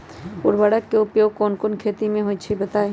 उर्वरक के उपयोग कौन कौन खेती मे होई छई बताई?